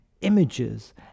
images